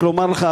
רק לומר לך,